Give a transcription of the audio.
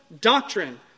doctrine